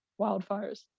wildfires